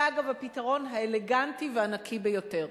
זה, אגב, הפתרון האלגנטי והנקי ביותר.